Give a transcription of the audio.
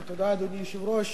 אדוני היושב-ראש,